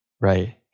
Right